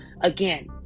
again